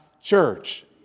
church